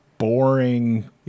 boring